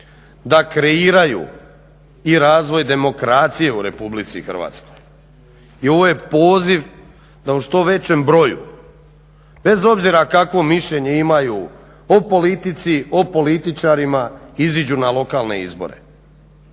da kreiraju i razvoj demokracije u Republici Hrvatskoj i ovo je poziv da u što većem broju, bez obzira kakvo mišljenje imaju o politici, o političarima iziđu na lokalne izbore